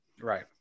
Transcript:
Right